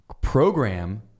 program